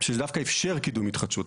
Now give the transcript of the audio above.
אני מכיר שזה דווקא אפשר קידום התחדשות,